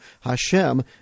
Hashem